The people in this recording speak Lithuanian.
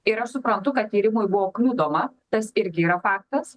ir aš suprantu kad tyrimui buvo kliudoma tas irgi yra faktas